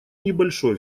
небольшой